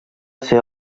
ser